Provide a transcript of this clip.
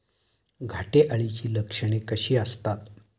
घाटे अळीची लक्षणे कशी असतात?